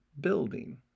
building